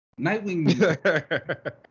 Nightwing